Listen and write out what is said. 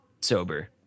sober